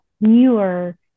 newer